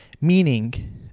Meaning